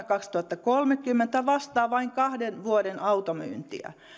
kaksituhattakolmekymmentä vastaa vain kahden vuoden automyyntiä